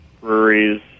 breweries